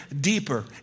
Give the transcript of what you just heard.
deeper